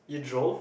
you drove